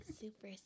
Super